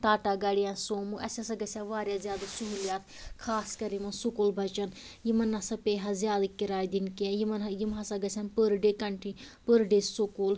ٹا ٹا گاڑِ یا سومو اسہِ ہَسا گَژھہِ ہا وارِیاہ زیادٕ سہولیت خاص کر یِمن سُکوٗل بچن یِمن نَہ سا پیٚیہِ ہا زیادٕ کِراے دِنۍ کیٚنٛہہ یِمن ہا یِم ہَسا گَژھہِ ہان پٔر ڈے کنٹی پٔر ڈے سُکوٗل